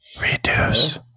Reduce